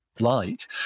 light